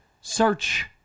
Search